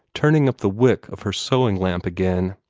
turning up the wick of her sewing-lamp again.